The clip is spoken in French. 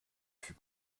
fut